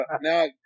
now